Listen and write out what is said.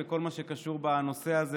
בכל מה שקשור בנושא הזה,